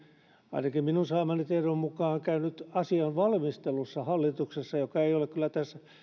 ainakin minun saamani tiedon mukaan käynyt asian valmistelussa hallituksessa mikä ei ole kyllä